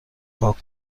پاک